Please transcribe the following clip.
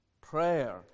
Prayer